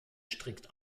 strikt